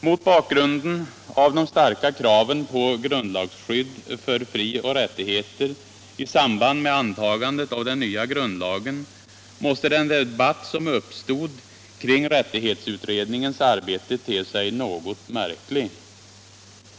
Mot bakgrunden av de starka kraven på grundlagsskydd för frioch rättigheter i samband med antagandet av den nya grundlagen måste den debatt som uppstod kring rättighetsutredningens arbete te sig något märklig.